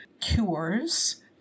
cures